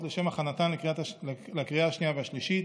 לשם הכנתן לקריאה השנייה והשלישית: